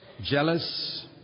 Jealous